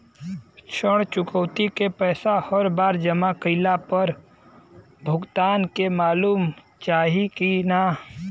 ऋण चुकौती के पैसा हर बार जमा कईला पर भुगतान के मालूम चाही की ना?